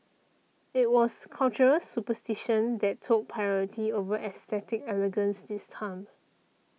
it was cultural superstition that took priority over aesthetic elegance this time